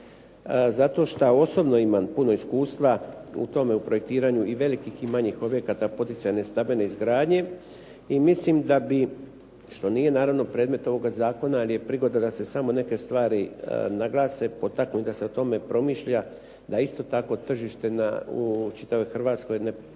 zato što osobno imam puno iskustva u tome u projektiranju i veliki i manjih objekata poticajne stambene izgradnje i mislim da bi što nije naravno predmet ovoga zakona, jer je prigoda da se samo neke stvari naglase, potaknu da se o tome promišlja, da isto tako tržištu u čitavoj Hrvatskoj ne funkcionira